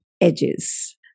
edges